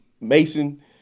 Mason